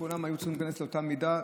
כולם היו צריכים להיכנס לאותה מידה,